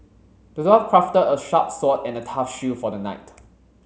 the dwarf crafted a sharp sword and a tough shield for the knight